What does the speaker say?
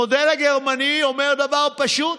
המודל הגרמני אומר דבר פשוט: